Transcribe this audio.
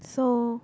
so